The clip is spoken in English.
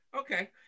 Okay